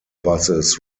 buses